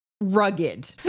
rugged